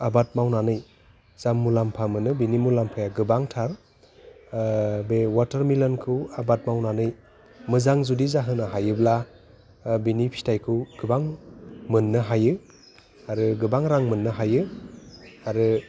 आबाद मावनानै जा मुलाम्फा मोनो बेनि मुलाम्फाया गोबांथार बे वाटार मिलनखौ आबाद मावनानै मोजां जुदि जाहोनो हायोब्ला बिनि फिथाइखौ गोबां मोननो हायो आरो गोबां रां मोननो हायो आरो